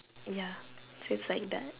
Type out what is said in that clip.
ya just like that